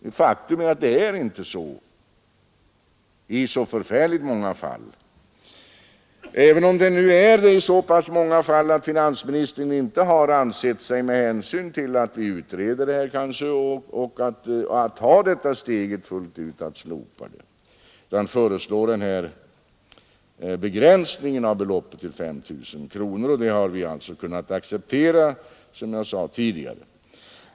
Ett faktum är att det inte är så i så förfärligt många fall, även om det nu är det i så pass många fall att finansministern inte har ansett att vi — med hänsyn till att vi utreder denna fråga — bör ta steget fullt ut att slopa avdragsrätten utan föreslår denna begränsning av beloppet till 5 000. Det har vi alltså kunnat acceptera, som jag sade tidigare.